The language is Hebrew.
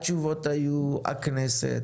התשובות היו: הכנסת,